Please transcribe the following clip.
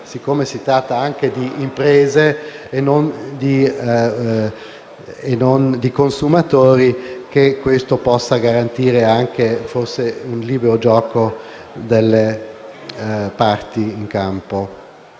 poiché si tratta anche di imprese e non di consumatori, pensiamo che questo possa garantire, forse, il libero gioco delle parti in campo.